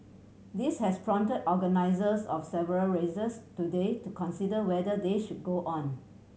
this has prompt organisers of several races today to consider whether they should go on